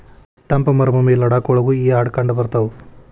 ತಂಪ ಮರಭೂಮಿ ಲಡಾಖ ಒಳಗು ಈ ಆಡ ಕಂಡಬರತಾವ